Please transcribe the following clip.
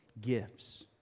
gifts